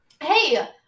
hey